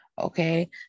Okay